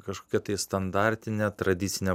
kažkokia tai standartine tradicine